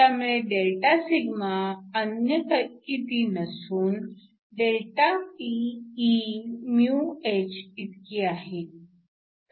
त्यामुळे Δσ ही अन्य किती नसून ΔPeμh इतकी आहे